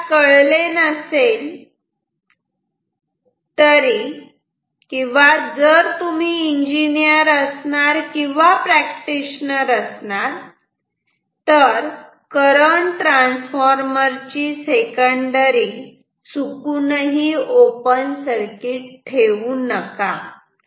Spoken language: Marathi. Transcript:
तुम्हाला कळले नसेल तरी जर तुम्ही इंजिनियर असणार किंवा प्रॅक्टिशनर असाल तर करंट ट्रान्सफॉर्मर ची सेकंडरी चुकूनही ओपन सर्किट ठेवू नका